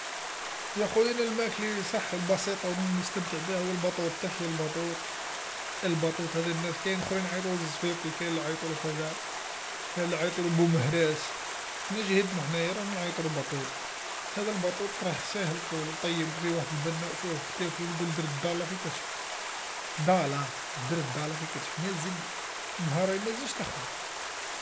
يا خويا أنا الماكله لصح بسيطه و نستمتع بيها هو الباطوط، تحيا الباطوط، الباطوط هذا ناس كاين لخرين يعيطولو الزفيط، كاين ليعيطولو كذا، كاين ليعيطولو بو مهراز، احنا جيهتنا حنايا رانا نعيطولو بطوط، هذا البطوط راه ساهل طول فيه وحد البنا تاكل تقول درت دالا في كرشك دالا درت دالا في كرشك ما نزيد نهارين منزيد تخرا.